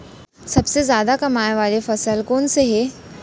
सबसे जादा कमाए वाले फसल कोन से हे?